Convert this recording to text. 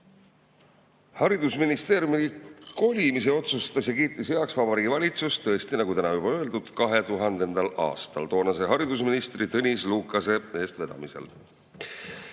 Haridusministeeriumi kolimise otsustas ja kiitis heaks Vabariigi Valitsus, tõesti, nagu täna juba öeldud, 2000. aastal toonase haridusministri Tõnis Lukase eestvedamisel.